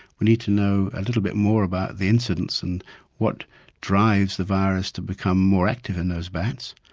we need to know a little bit more about the incidence and what drives the virus to become more active in those bats.